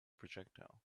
projectile